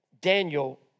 Daniel